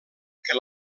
que